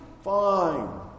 Fine